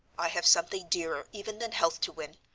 i have something dearer even than health to win.